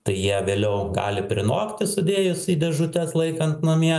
tai jie vėliau gali prinokti sudėjus į dėžutes laikant namie